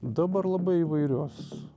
dabar labai įvairios